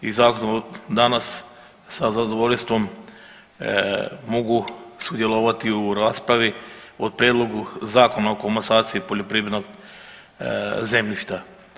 I zato danas sa zadovoljstvom mogu sudjelovati u raspravi o Prijedlogu zakona o komasaciji poljoprivrednog zemljišta.